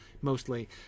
mostly